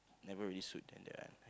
never really suit then they're like